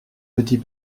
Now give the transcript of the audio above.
petit